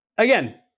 Again